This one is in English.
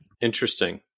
Interesting